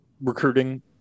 recruiting